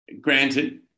granted